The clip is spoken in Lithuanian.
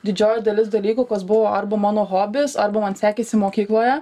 didžioji dalis dalykų kas buvo arba mano hobis arba man sekėsi mokykloje